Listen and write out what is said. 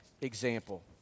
example